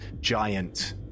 giant